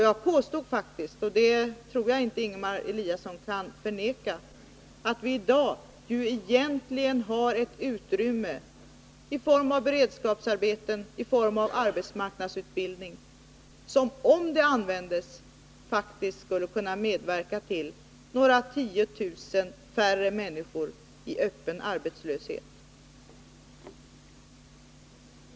Jag påstår faktiskt — och det tror jag inte att Ingemar Eliasson kan förneka -— att vi i dag egentligen har ett utrymme i form av beredskapsarbeten och i form av arbetsmarknadsutbildning, som om det användes skulle kunna medverka till att vi hade några tiotusen färre människor i öppen arbetslöshet.